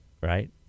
Right